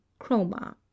chroma